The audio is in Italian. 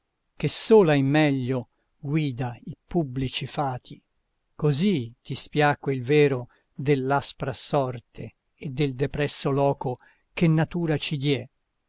che sola in meglio guida i pubblici fati così ti spiacque il vero dell'aspra sorte e del depresso loco che natura ci diè